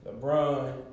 LeBron